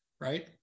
right